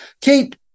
Kate